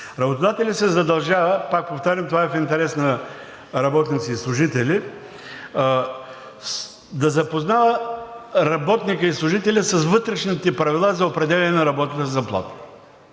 Работодателят се задължава, пак повтарям, това е в интерес на работниците и служителите, да запознае работника и служителя с вътрешните правила за определяне на работната заплата.